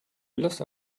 lust